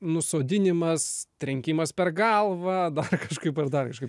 nusodinimas trenkimas per galvą dar kažkaip ar dar kažkaip